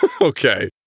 Okay